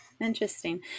Interesting